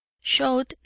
showed